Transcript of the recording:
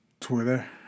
Twitter